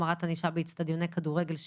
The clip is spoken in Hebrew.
החמרת הענישה שעושים באצטדיוני כדורגל,